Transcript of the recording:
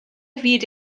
fyd